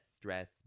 Stress